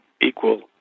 equal